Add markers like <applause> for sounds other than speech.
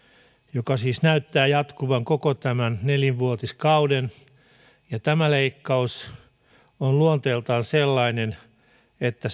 joka siis näyttää jatkuvan koko tämän nelivuotiskauden ja tämä leikkaus on luonteeltaan sellainen että <unintelligible>